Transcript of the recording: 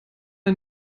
ein